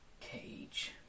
cage